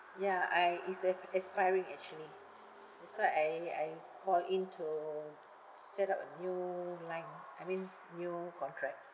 ya I is e~ expiring actually that's why I I call in to set up a new line I mean new contract